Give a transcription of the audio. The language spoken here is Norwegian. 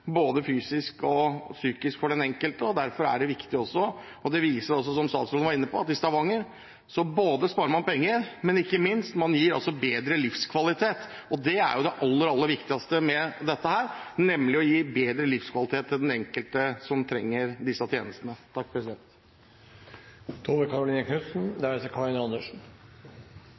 både fysisk og psykisk for den enkelte, og derfor er det også viktig. Det viser også, som statsråden var inne på, at man kan som i Stavanger både spare penger og ikke minst gi bedre livskvalitet, og det er det aller viktigste med dette, nemlig å gi bedre livskvalitet til den enkelte som trenger disse tjenestene.